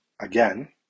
again